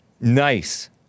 Nice